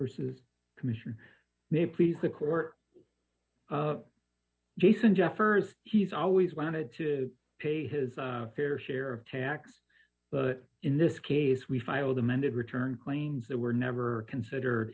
versus commission may please the court of jason jeffers he's always wanted to pay his fair share of tax but in this case we filed amended return claims that were never considered